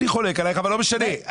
אני חולק עליך אבל לא משנה.